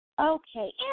Okay